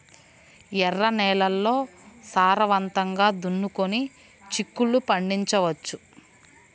ఎర్ర నేలల్లో సారవంతంగా దున్నుకొని చిక్కుళ్ళు పండించవచ్చు